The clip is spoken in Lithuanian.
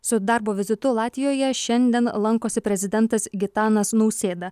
su darbo vizitu latvijoje šiandien lankosi prezidentas gitanas nausėda